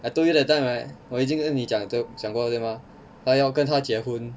I told you that time right 我已经跟你讲的讲过了对吗他要跟她结婚